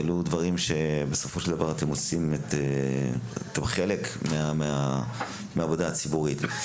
בסופו של דבר, אתם חלק מהעבודה הציבורית.